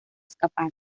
escaparon